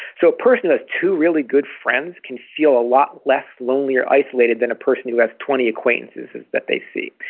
so a person who has two really good friends can feel a lot less lonely or isolated than a person who has twenty acquaintances that they see.